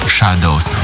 Shadows